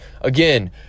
again